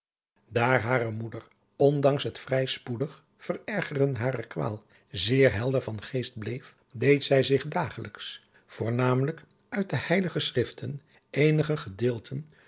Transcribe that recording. daar hare moeder ondanks het vrij spoedig verergeren harer kwaal zeer helder van geest bleef deed zij zich dagelijks voornamelijk uit de heilige schriften eenige gedeelten